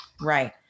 Right